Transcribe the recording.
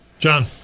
John